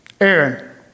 Aaron